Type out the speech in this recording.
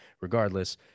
regardless